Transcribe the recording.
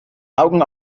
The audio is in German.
augen